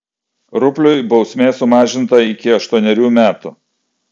rupliui bausmė sumažinta iki aštuonerių metų